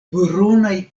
brunaj